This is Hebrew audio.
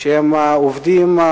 שהם עובדים,